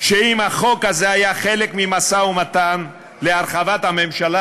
כי אם היה חוק זה חלק מהמשא-ומתן להרחבת הממשלה,